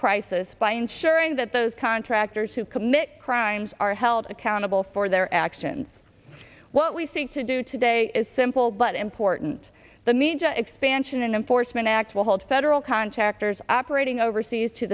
crisis by ensuring that those contractors who commit crimes are held accountable for their actions what we seek to do today is simple but important the media expansion into forstmann act will hold federal contractors operating overseas to